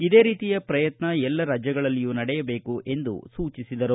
ಇದೇ ರೀತಿಯ ಪ್ರಯತ್ನ ಎಲ್ಲ ರಾಜ್ಯಗಳಲ್ಲೂ ನಡೆಯಬೇಕು ಎಂದು ಸೂಚಿಸಿದರು